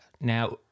now